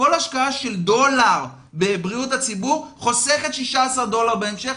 כל השקעה של דולר בבריאות הציבור חוסכת 16 דולר בהמשך.